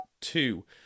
Two